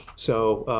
so,